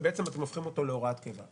ואתם הופכים אותו הוראת קבע.